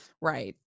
Right